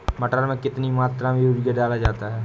मटर में कितनी मात्रा में यूरिया डाला जाता है?